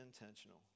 intentional